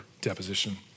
deposition